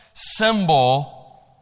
Symbol